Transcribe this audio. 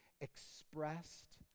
expressed